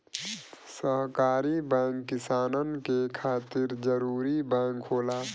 सहकारी बैंक किसानन के खातिर जरूरी बैंक होला